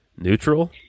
Neutral